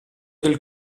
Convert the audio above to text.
del